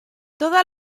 toda